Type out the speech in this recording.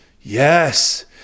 yes